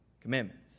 commandments